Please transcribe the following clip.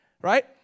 right